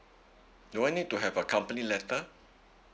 do I need to have a company letter